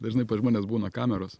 dažnai pas žmones būna kameros